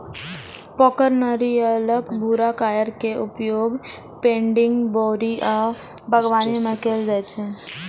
पाकल नारियलक भूरा कॉयर के उपयोग पैडिंग, बोरी आ बागवानी मे कैल जाइ छै